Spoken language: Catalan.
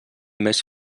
més